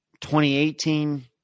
2018